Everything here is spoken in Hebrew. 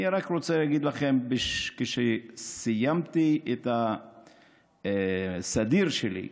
אני רק רוצה להגיד לכם שכשסיימתי את הסדיר שלי ב-1973,